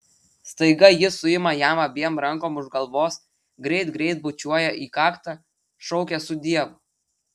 staiga ji suima jam abiem rankom už galvos greit greit bučiuoja į kaktą šaukia sudiev